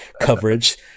coverage